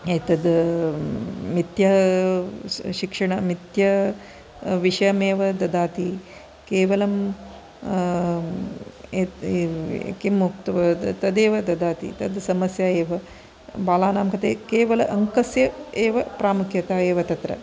एतद् मिथ्याशिक्षण मिथ्याविषयमेव ददाति केवलं किमुक्त्वा तदेव ददाति तद् समस्या एव बालानां कृते केवल अङ्कस्य एव प्रामुख्यता एव तत्र